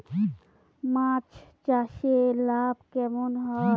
মাছ চাষে লাভ কেমন হয়?